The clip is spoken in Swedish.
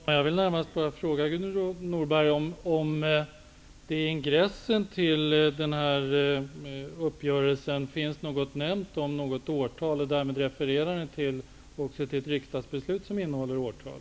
Herr talman! Jag vill bara fråga Gudrun Norberg om det i ingressen till denna uppgörelse finns något årtal nämnt, eller om man refererar till ett riksdagsbeslut som innehåller ett årtal.